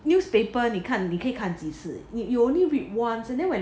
newspaper 你看你可以看几次你 you only read once and then when